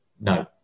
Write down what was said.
no